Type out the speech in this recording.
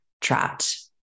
trapped